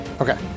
Okay